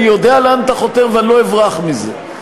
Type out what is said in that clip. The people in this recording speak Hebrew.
אני יודע לאן אתה חותר ואני לא אברח מזה.